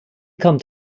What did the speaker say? kommt